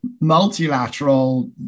multilateral